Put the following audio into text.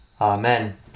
Amen